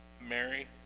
Mary